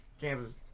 Kansas